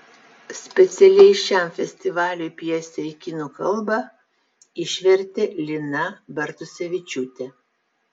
specialiai šiam festivaliui pjesę į kinų kalbą išvertė lina bartusevičiūtė